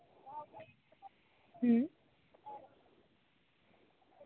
ᱦᱩᱸ